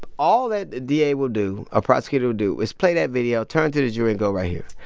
all that da will do a prosecutor would do is play that video, turn to the jury and go, right here.